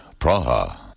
Praha